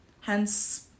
hence